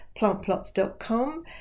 plantplots.com